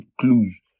clues